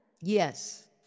Yes